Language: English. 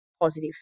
positive